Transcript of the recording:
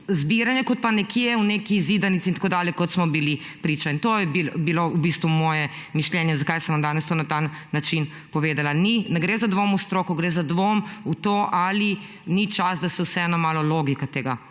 zbiranje kot pa nekje v neki zidanici in tako dalje, kot smo bili priča. To je bilo v bistvu moje mišljenje, zakaj sem vam danes to na ta način povedala. Ne gre za dvom v stroko, gre za dvom v to, ali ni čas, da se vseeno malo logika tega